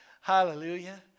Hallelujah